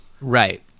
Right